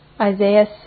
Isaiah